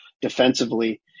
defensively